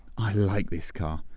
i like this car.